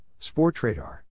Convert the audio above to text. Sportradar